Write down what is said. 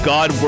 God